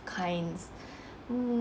kinds mm